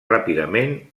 ràpidament